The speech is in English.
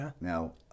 Now